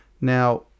Now